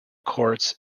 courts